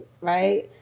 right